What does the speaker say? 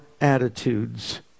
attitudes